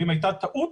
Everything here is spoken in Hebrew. ואם הייתה טעות,